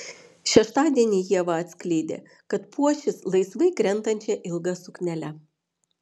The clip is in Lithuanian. šeštadienį ieva atskleidė kad puošis laisvai krentančia ilga suknele